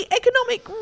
economic